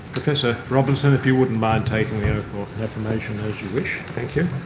professor robinson, if you wouldn't mind take and an oath or affirmation as you wish. thank you.